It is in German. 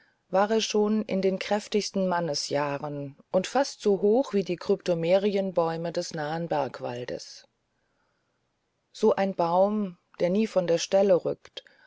war er schon in den kräftigsten mannesjahren und fast so hoch wie die kryptomerienbäume des nahen bergwaldes so ein baum der nie von der stelle rückt